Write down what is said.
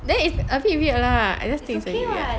then is a bit weird lah I just think it's a bit weird